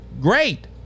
Great